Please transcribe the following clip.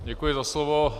Děkuji za slovo.